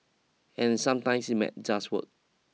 and sometimes it might just work